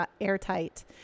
airtight